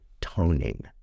toning